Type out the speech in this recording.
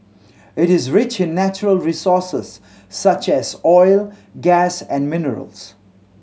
it is rich in natural resources such as oil gas and minerals